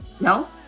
No